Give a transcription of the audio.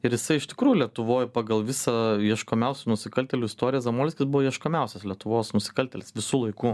ir jisai iš tikrųjų lietuvoj pagal visą ieškomiausių nusikaltėlių istoriją zamolskis buvo ieškomiausias lietuvos nusikaltėlis visų laikų